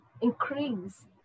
increase